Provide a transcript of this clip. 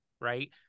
right